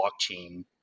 blockchain